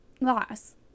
loss